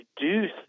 reduce